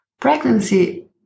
Pregnancy